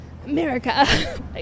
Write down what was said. America